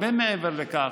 הרבה מעבר לכך,